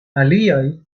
aliaj